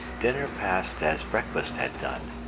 dinner passed as breakfast had done,